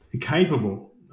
capable